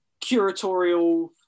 curatorial